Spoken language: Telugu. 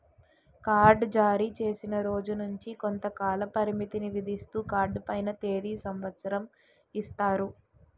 కార్డ్ జారీచేసిన రోజు నుంచి కొంతకాల పరిమితిని విధిస్తూ కార్డు పైన తేది సంవత్సరం ఇస్తారు